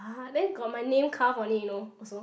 ah then got my name carved on it you know also